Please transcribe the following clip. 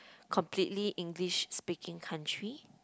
completely English speaking country